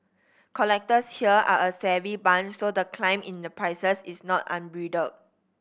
collectors here are a savvy bunch so the climb in the prices is not unbridled